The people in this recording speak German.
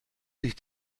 sich